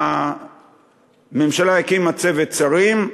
הממשלה הקימה צוות שרים,